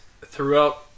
throughout